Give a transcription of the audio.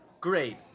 Great